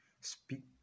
Speak